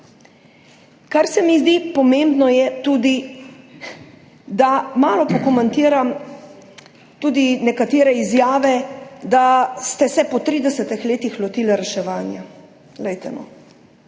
Kar se mi zdi pomembno, je tudi, da malo pokomentiram nekatere izjave, da ste se po 30 letih lotili reševanja.